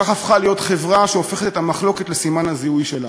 כך הפכה להיות חברה שהופכת את המחלוקת לסימן הזיהוי שלה.